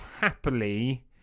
happily